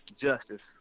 Justice